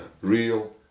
Real